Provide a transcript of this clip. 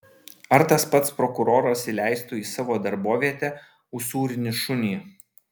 ar tas pats prokuroras įleistų į savo darbovietę usūrinį šunį